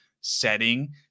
setting